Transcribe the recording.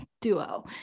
duo